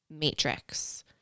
matrix